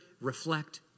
reflect